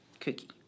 Cookie